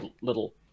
little